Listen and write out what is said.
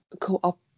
co-op